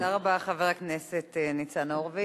תודה רבה, חבר הכנסת ניצן הורוביץ.